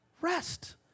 rest